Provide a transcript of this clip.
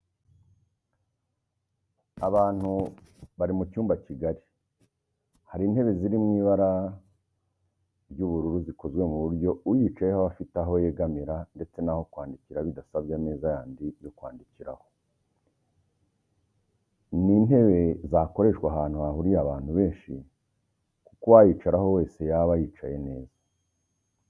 Abantu bari mu cyumba kigari hari intebe ziri mu ibara ry'ubururu zikozwe ku buryo uyicayeho aba afite aho yegamira ndetse n'aho kwandikira bidasabye ameza yandi yo kwandikiraho. Ni intebe zakoreshwa ahantu hahuriye abantu benshi kuko uwayicaraho wese yaba yicaye neza.